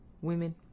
women